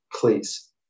please